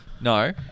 No